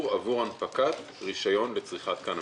עבור הנפקת רישיון לצריכת קנאביס.